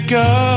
go